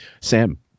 Sam